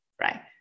right